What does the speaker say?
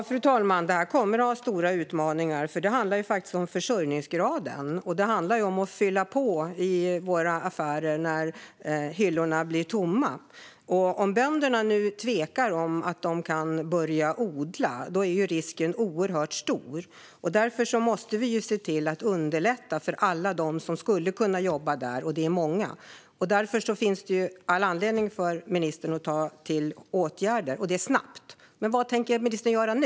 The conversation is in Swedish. Fru talman! Ja, det kommer att bli stora utmaningar, för det handlar faktiskt om försörjningsgraden, och det handlar om att fylla på i våra affärer när hyllorna blir tomma. Om bönderna nu tvekar i fråga om att de kan börja odla är risken oerhört stor. Därför måste vi se till att underlätta för alla som skulle kunna jobba där, och det är många. Det finns all anledning för ministern att ta till åtgärder, och det snabbt. Men vad tänker ministern göra nu?